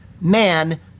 man